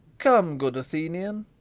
come, good athenian.